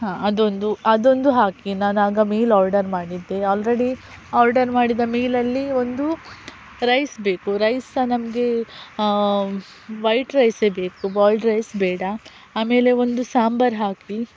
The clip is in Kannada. ಹಾಂ ಅದೊಂದು ಅದೊಂದು ಹಾಕಿ ನಾನಾಗ ಮೀಲ್ ಆರ್ಡರ್ ಮಾಡಿದ್ದೆ ಆಲ್ರೆಡಿ ಆರ್ಡರ್ ಮಾಡಿದ ಮೀಲಲ್ಲಿ ಒಂದು ರೈಸ್ ಬೇಕು ರೈಸ್ ನಮಗೆ ವೈಟ್ ರೈಸೇ ಬೇಕು ಬಾಲ್ಡ್ ರೈಸ್ ಬೇಡ ಆಮೇಲೆ ಒಂದು ಸಾಂಬಾರ್ ಹಾಕಿ